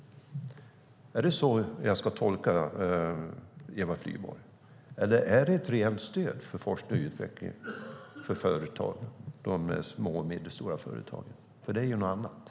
Är det så jag ska tolka Eva Flyborg, eller är det ett rent stöd för forskning och utveckling för de små och medelstora företagen? Det är ju någonting annat.